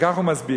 וכך הוא מסביר: